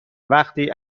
وقتی